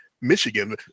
Michigan